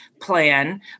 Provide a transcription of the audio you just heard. plan